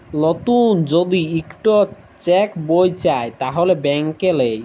লতুল যদি ইকট চ্যাক বই চায় তাহলে ব্যাংকে লেই